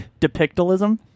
depictalism